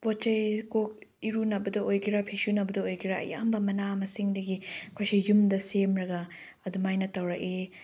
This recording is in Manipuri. ꯄꯣꯠ ꯆꯩ ꯀꯣꯛ ꯏꯔꯨꯅꯕꯗ ꯑꯣꯏꯒꯦꯔ ꯐꯤ ꯁꯨꯅꯕꯗ ꯑꯣꯏꯒꯦꯔ ꯑꯌꯥꯝꯕ ꯃꯅꯥ ꯃꯁꯤꯡꯗꯒꯤ ꯑꯩꯈꯣꯏꯁꯤ ꯌꯨꯝꯗ ꯁꯦꯝꯂꯒ ꯑꯗꯨꯃꯥꯏꯅ ꯇꯧꯔꯛꯏ